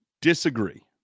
disagree